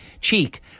cheek